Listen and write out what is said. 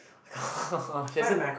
she hasn't